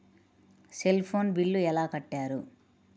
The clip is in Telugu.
సెల్ ఫోన్ బిల్లు ఎలా కట్టారు?